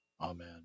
Amen